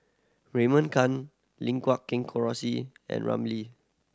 Raymond Kang Lim Guat Kheng Rosie and Ramli